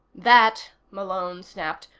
that, malone snapped,